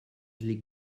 les